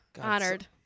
honored